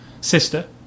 sister